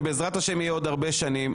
ובעזרת השם יהיה עוד הרבה שנים,